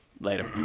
Later